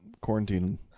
quarantine